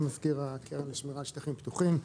מזכיר הקרן לשמירה על שטחים פתוחים.